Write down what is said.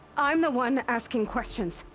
i'm the one asking questions!